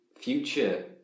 future